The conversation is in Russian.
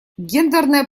гендерная